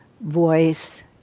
voice